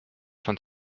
von